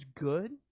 good